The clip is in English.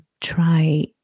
try